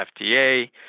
FDA